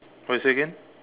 what you say again